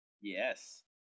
yes